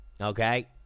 Okay